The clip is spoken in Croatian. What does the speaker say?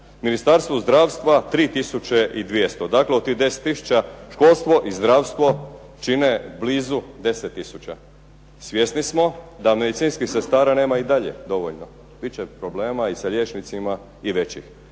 Ministarstvo zdravstva 3 tisuće i 200, dakle od tih 10 tisuća školstvo i zdravstvo čine blizu 10 tisuća. Svjesni smo da medicinskih sestara nema i dalje dovoljno. Bit će problema i sa liječnicima i većih.